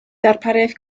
darpariaeth